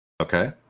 Okay